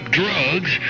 drugs